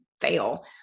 fail